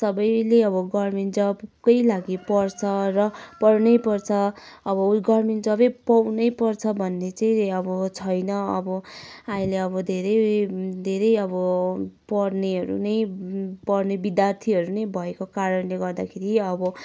सबैले अब गर्मेन्ट जबकै लागि पढ्छ र पढ्नै पर्छ अब गर्मेन्ट जबै पाउनै पर्छ भन्ने चाहिँ अब छैन अब अहिले अब धेरै धेरै अब पढ्नेहरू नै पढ्ने विद्यार्थीहरू नै भएको कारणले गर्दाखेरि अब